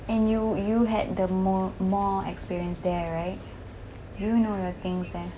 and you you had the more more experience there right you know your things there